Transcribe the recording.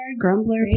Grumbler